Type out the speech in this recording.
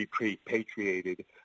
repatriated